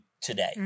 today